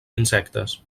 insectes